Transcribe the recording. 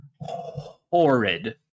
horrid